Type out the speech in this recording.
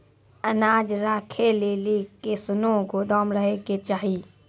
अनाज राखै लेली कैसनौ गोदाम रहै के चाही?